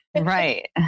Right